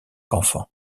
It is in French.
enfants